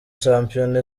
shampiona